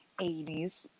80s